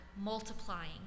multiplying